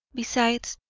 besides,